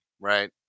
right